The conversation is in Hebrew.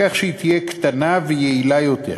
בכך שהיא תהיה קטנה ויעילה יותר,